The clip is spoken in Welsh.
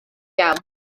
iawn